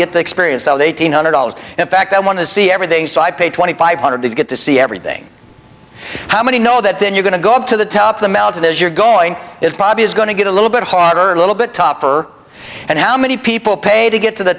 get the experience of eight hundred dollars in fact i want to see everything so i paid twenty five hundred to get to see everything how many know that then you're going to go up to the top of the melted as you're going is bob is going to get a little bit harder a little bit tougher and how many people pay to get to the